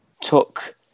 took